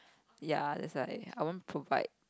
ya that's why I won't provide